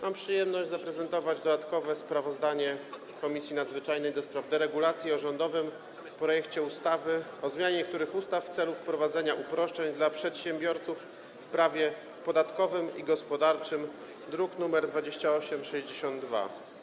Mam przyjemność zaprezentować dodatkowe sprawozdanie Komisji Nadzwyczajnej do spraw deregulacji o rządowym projekcie ustawy o zmianie niektórych ustaw w celu wprowadzenia uproszczeń dla przedsiębiorców w prawie podatkowym i gospodarczym, druk nr 2862.